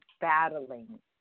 battling